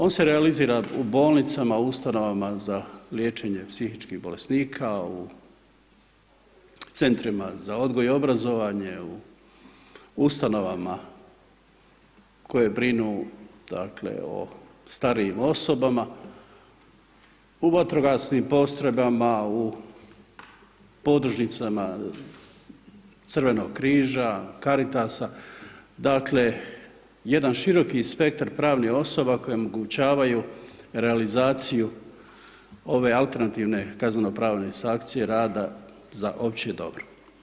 On se realizira u bolnicama, ustanovama za liječenje psihičkih bolesnika, u Centrima za odgoj i obrazovanje, u Ustanovama koje brinu, dakle, o starijim osobama, u Vatrogasnim postrojbama, u Podružnicama Crvenog križa, Karitasa, dakle, jedan široki spektar pravnih osoba koje omogućavaju realizaciju ove alternativne kazneno pravne sankcije rada za opće dobro.